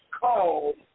called